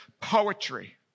poetry